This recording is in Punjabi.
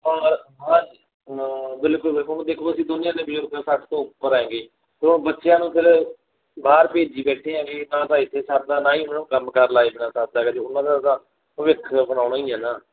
ਹੋਰ ਹਾਂਜੀ ਬਿਲਕੁਲ ਬਿਲਕੁਲ ਦੇਖੋ ਅਸੀਂ ਦੋਨੇ ਜਣੇ ਬਜ਼ੁਰਗ ਸੱਠ ਤੋਂ ਉੱਪਰ ਹੈਗੇ ਉਹ ਬੱਚਿਆਂ ਨੂੰ ਫਿਰ ਬਾਹਰ ਭੇਜੀ ਬੈਠੇ ਹੈਗੇ ਨਾ ਤਾਂ ਇੱਥੇ ਸਰਦਾ ਨਾ ਹੀ ਹੁਣ ਕੰਮ ਕਾਰ ਲਾਏ ਬਿਨਾ ਸਰਦਾ ਹੈਗਾ ਜੇ ਉਹਨਾਂ ਦਾ ਦਾ ਭਵਿੱਖ ਬਣਾਉਣਾ ਹੀ ਹੈ ਨਾ